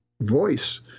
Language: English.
voice